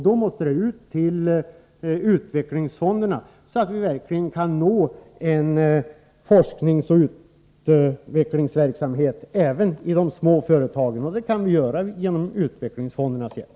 Det måste ut till utvecklingsfonderna, så att vi verkligen når forskningsoch utvecklingsverksamheten även i de små företagen. Det kan vi alltså göra med utvecklingsfondernas hjälp.